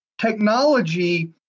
technology